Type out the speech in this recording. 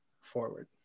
forward